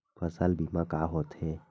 फसल बीमा का होथे?